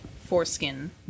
foreskin